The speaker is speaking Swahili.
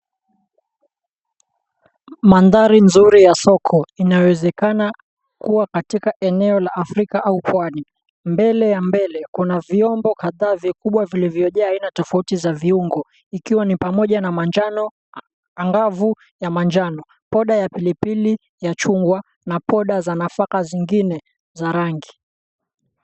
Maandhari mzuri ya soko linaliowezekana kuwa katika eneo la Afrika au pwani, mbele ya mbele kuna viombo kadhaa vikubwa vilivyojaa aina tofauti za viungo ikiwa ni pamoja na manjano, angavu na manjano, poda ya pilipili, ya chungwa na poda za nafaka zingine za rangi.